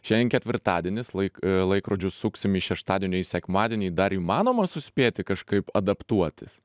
šiandien ketvirtadienis laik laikrodžius suksime iš šeštadienio į sekmadienį dar įmanoma suspėti kažkaip adaptuotis